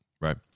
Right